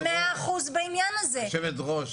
גם בנוגע לפעוטונים וגם בנוגע לגני הילדים.